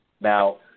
Now